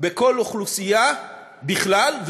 בכל אוכלוסייה בכלל,